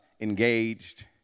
engaged